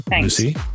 Lucy